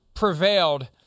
prevailed